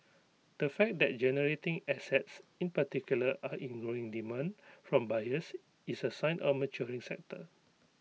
the fact that generating assets in particular are in growing demand from buyers is A sign of A maturing sector